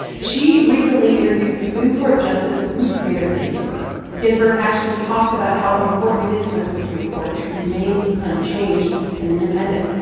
she recently interviewed supreme court justice ruth bader ginsburg. ginsburg actually talked about how important it is for the supreme court to remain unchanged and independent